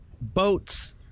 boats